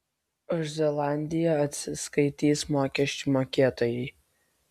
už zelandiją atsiskaitys mokesčių mokėtojai